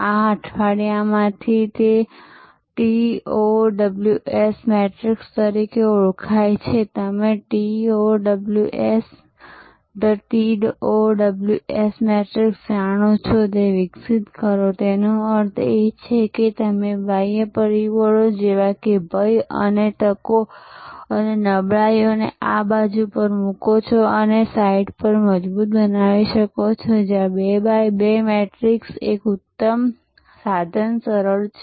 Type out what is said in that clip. આ અઠવાડિયામાંથી અને તે TOWS મેટ્રિક્સ તરીકે ઓળખાય છે જેને તમે TOWS the TOWS મેટ્રિક્સ જાણો છો તે વિકસિત કરોતેનો અર્થ એ છે કે તમે બાહ્ય પરિબળો જેવા કે ભય અને તકો અને નબળાઈઓને આ બાજુ પર મુકો છો અને આ સાઇટ પર મજબૂત બનાવો છો અને 2 2 મેટ્રિક્સ એક ઉત્તમ સાધન સરળ છે